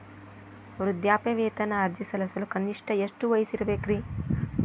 ವೃದ್ಧಾಪ್ಯವೇತನ ಅರ್ಜಿ ಸಲ್ಲಿಸಲು ಕನಿಷ್ಟ ಎಷ್ಟು ವಯಸ್ಸಿರಬೇಕ್ರಿ?